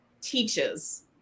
teaches